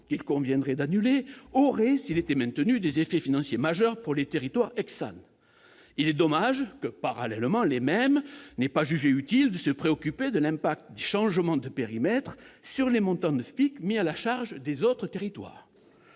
qu'il conviendrait d'annuler aurait, s'il était maintenu, des effets financiers majeurs pour les territoires ex-SAN. Il est dommage que, parallèlement, personne n'ait jugé utile de se préoccuper de l'impact des changements de périmètres sur les montants de FPIC mis à la charge des autres territoires.